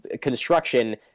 construction